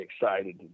excited